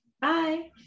Bye